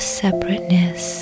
separateness